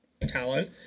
talent